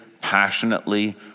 passionately